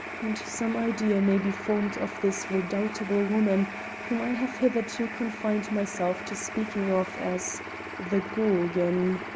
and some idea may be formed of this redoubtable woman whom i have hitherto confined myself to speaking of as the gorgon.